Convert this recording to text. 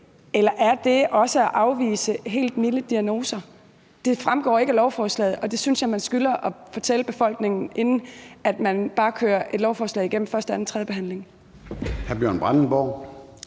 eller er det også at afvise mennesker med helt milde diagnoser? Det fremgår ikke af lovforslaget, og det synes jeg man skylder at fortælle befolkningen, inden man bare kører et lovforslag igennem første, anden